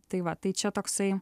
tai va tai čia toksai